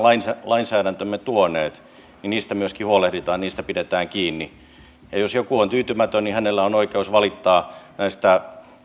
lainsäädäntömme tuoneet niin siitä myöskin huolehditaan siitä pidetään kiinni jos joku on tyytymätön niin hänellä on oikeus valittaa näistä